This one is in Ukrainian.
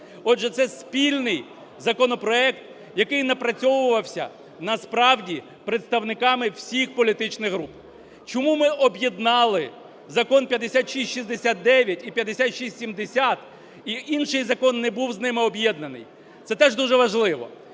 Отже, це спільний законопроект, який напрацьовувався насправді представниками всіх політичних груп. Чому ми об'єднали Закон 5669 і 5670 і інший закон не був з ними об'єднаний? Це теж дуже важливо.